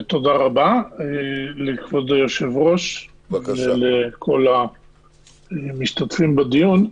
תודה רבה לכבוד היושב-ראש ולכל המשתתפים בדיון.